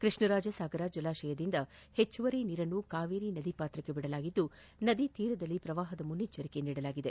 ಕೃಷ್ಣರಾಜಸಾಗರ ಜಲಾಶಯದಿಂದ ಹೆಚ್ಚುವರಿ ನೀರನ್ನು ಕಾವೇರಿ ನದಿಗೆ ಬಿಡಲಾಗಿದ್ದು ನದಿ ತಟದಲ್ಲಿ ಪ್ರವಾಹ ಮುನ್ನೆಚ್ಟರಿಕೆ ನೀಡಲಾಗಿದೆ